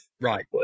Right